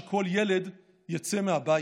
שכל ילד יצא מהבית.